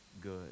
good